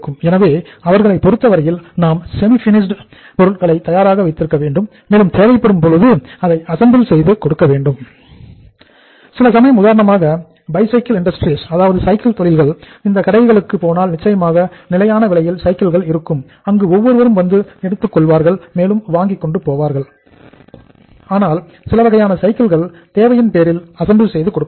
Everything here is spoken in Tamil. எனவே அவர்களைப் பொறுத்தவரையில் நாம் செமி செமிஃபினல் செய்து கொடுக்க வேண்டும் சில சமயம் உதாரணமாக பைசைக்கிள் இண்டஸ்ட்ரீஸ் செய்து கொடுப்பார்கள்